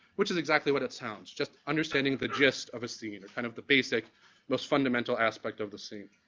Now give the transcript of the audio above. which is exactly what it sounds just understanding the gist of a scene or kind of the basic most fundamental aspect of the scene.